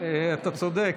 אתה צודק.